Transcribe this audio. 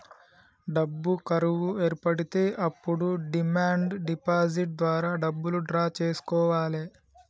డబ్బు కరువు ఏర్పడితే అప్పుడు డిమాండ్ డిపాజిట్ ద్వారా డబ్బులు డ్రా చేసుకోవాలె